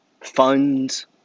funds